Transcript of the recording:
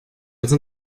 jetzt